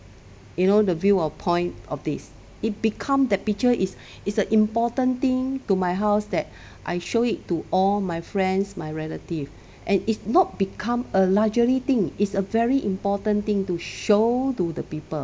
you know the view of point of this it become the picture is is an important thing to my house that I show it to all my friends my relative and if not become a luxury thing is a very important thing to show to the people